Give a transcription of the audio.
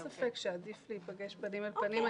אין ספק שעדיף להיפגש פנים אל פנים,